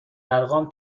ارقام